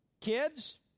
Kids